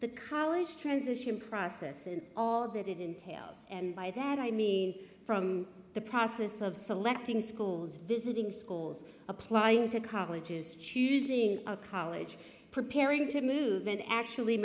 the college transition process and all that it entails and by that i mean from the process of selecting schools visiting schools applying to colleges choosing a college preparing to move in actually